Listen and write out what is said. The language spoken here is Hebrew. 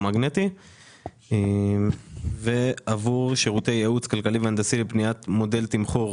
מגנטי ועבור שירותי ייעוץ כלכלי והנדסי לבניית מודל תמחור